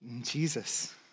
Jesus